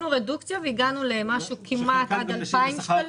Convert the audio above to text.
והגענו למשהו כמעט עד 2,000 נשים.